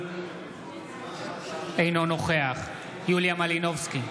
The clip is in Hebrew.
אינו נוכח יוליה מלינובסקי,